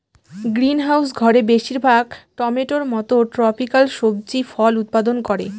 greenhouse ঘরে বেশির ভাগ টমেটোর মত ট্রপিকাল সবজি ফল উৎপাদন করে